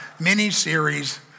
mini-series